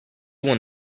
won